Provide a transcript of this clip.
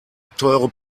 teure